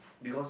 because